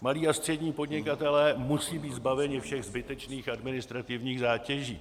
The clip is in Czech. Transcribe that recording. Malí a střední podnikatelé musí být zbaveni všech zbytečných administrativních zátěží.